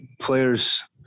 players